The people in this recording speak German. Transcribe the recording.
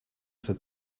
zur